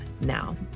now